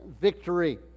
victory